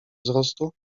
wzrostu